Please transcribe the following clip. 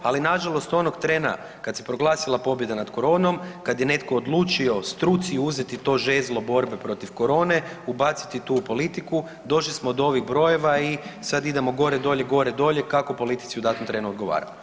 Ali nažalost, onog trena kad se proglasila pobjeda nad koronom, kad je netko odlučio struci uzeti to žezlo borbe protiv korone, ubaciti tu politiku, došli smo do ovih brojeva i sad idemo gore-dolje, gore-dolje kako politici u datom trenu odgovara.